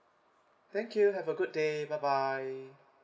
thank you have a good day bye bye